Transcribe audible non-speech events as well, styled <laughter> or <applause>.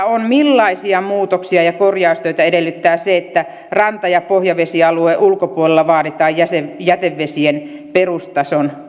<unintelligible> on millaisia muutoksia ja korjaustöitä edellyttää se että ranta ja pohjavesialueen ulkopuolella vaaditaan jätevesien perustason